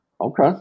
Okay